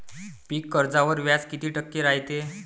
पीक कर्जावर व्याज किती टक्के रायते?